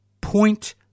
point